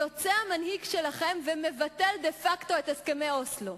יוצא המנהיג שלכם ומבטל דה-פקטו את הסכמי אוסלו.